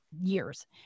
years